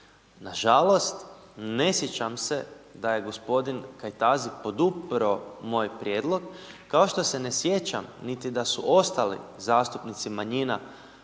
Nažalost, ne sjećam se da je g. Kajtazi podupro moj prijedlog, kao što se ne sjećam niti da su ostali zastupnici manjina